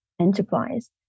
enterprise